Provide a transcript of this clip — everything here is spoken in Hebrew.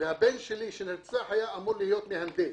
והבן שלי שנרצח היה אמור להיות מהנדס,